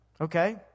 Okay